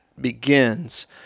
begins